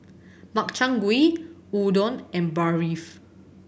Makchang Gui Udon and Barfi